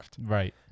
Right